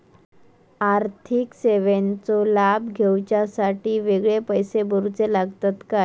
आर्थिक सेवेंचो लाभ घेवच्यासाठी वेगळे पैसे भरुचे लागतत काय?